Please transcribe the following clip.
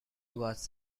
was